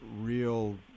real